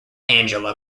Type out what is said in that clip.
angela